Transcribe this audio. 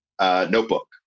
notebook